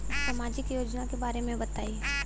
सामाजिक योजना के बारे में बताईं?